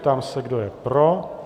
Ptám se, kdo je pro.